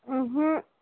ওহো